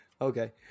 Okay